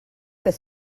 per